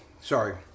sorry